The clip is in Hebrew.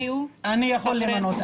אני רוצה למנות.